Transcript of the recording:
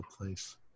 place